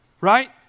Right